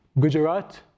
Gujarat